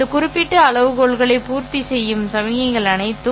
இந்த குறிப்பிட்ட அளவுகோல்களை பூர்த்தி செய்யும் சமிக்ஞைகள் அனைத்தும்